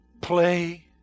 Play